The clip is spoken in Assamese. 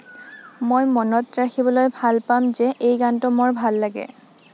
মই মনত ৰাখিবলৈ ভাল পাম যে এই গানটো মোৰ ভাল লাগে